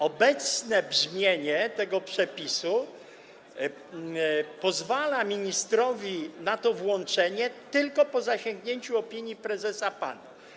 Obecne brzmienie tego przepisu pozwala ministrowi na to włączenie tylko po zasięgnięciu opinii prezesa PAN.